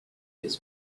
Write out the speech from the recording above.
its